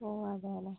ഓ അതാല്ലേ